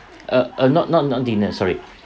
uh uh not not not dinner sorry